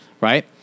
right